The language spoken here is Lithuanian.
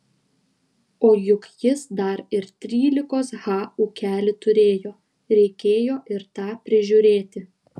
o juk jis dar ir trylikos ha ūkelį turėjo reikėjo ir tą prižiūrėti